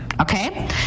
okay